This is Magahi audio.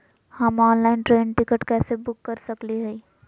हम ऑनलाइन ट्रेन टिकट कैसे बुक कर सकली हई?